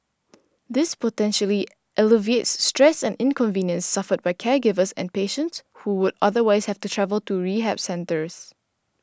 this potentially alleviates stress and inconvenience suffered by caregivers and patients who would otherwise have to travel to rehab centres